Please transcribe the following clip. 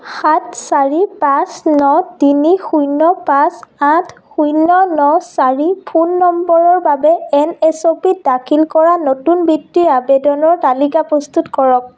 সাত চাৰি পাঁচ ন তিনি শূন্য পাঁচ আঠ শূন্য ন চাৰি ফোন নম্বৰৰ বাবে এন এছ অ' পিত দাখিল কৰা নতুন বৃত্তিৰ আবেদনৰ তালিকা প্ৰস্তুত কৰক